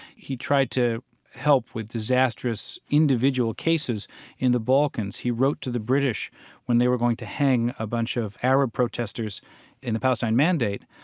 he tried to help with disastrous individual cases in the balkans. he wrote to the british when they were going to hang a bunch of arab protesters in the palestine mandate,